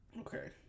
okay